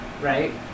right